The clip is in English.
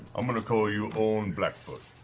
i'm going to call you orn blackfoot.